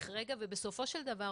ובסופו של דבר,